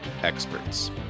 experts